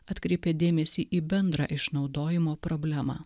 atkreipė dėmesį į bendrą išnaudojimo problemą